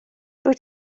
dwyt